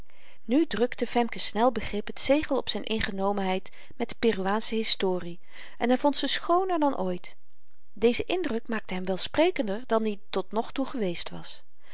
nu drukte femke's snel begrip het zegel op zyn ingenomenheid met de peruaansche historie en hy vond ze schooner dan ooit deze indruk maakte hem welsprekender dan i tot nog toe geweest was